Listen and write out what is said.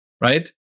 right